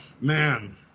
man